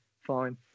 fine